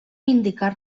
indicar